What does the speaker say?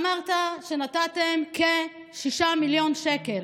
אמרת שנתתם כ-6 מיליון שקל.